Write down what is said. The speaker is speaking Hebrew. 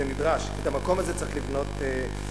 זה נדרש, כי את המקום הזה צריך לבנות מחדש.